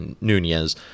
Nunez